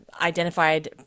identified